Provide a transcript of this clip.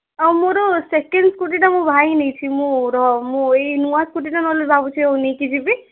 ଆଉ ମୋର ସେକେଣ୍ଡ ସ୍କୁଟିଟା ମୋ ଭାଇ ନେଇଛି ମୁଁ ରହ ମୁଁ ଏଇ ନୂଆ ସ୍କୁଟିଟା ନହେଲେ ଭାବୁଛି ନେଇକି ଯିବି